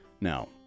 Now